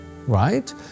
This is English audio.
right